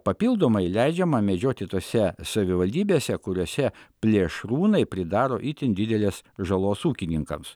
papildomai leidžiama medžioti tose savivaldybėse kuriose plėšrūnai pridaro itin didelės žalos ūkininkams